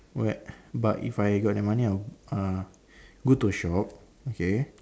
what but if I got the money i will uh go to shop okay